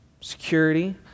security